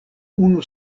unu